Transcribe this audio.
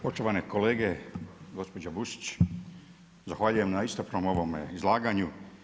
Poštovane kolege, gospođo Busić, zahvaljujem na iscrpnom ovome izlaganju.